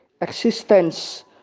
existence